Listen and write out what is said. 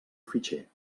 fitxer